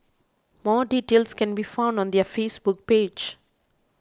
more details can be found on their Facebook page